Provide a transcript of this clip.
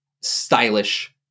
Stylish